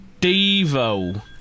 Devo